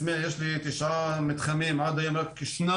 בסמיע יש לי תשעה מתחמים ועד היום רק שניים,